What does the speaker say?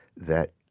that